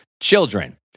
children